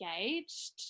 engaged